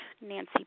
Nancy